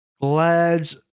lads